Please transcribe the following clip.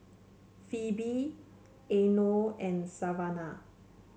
Phebe Eino and Savanah